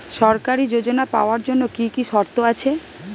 সরকারী যোজনা পাওয়ার জন্য কি কি শর্ত আছে?